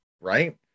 Right